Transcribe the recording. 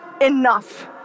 enough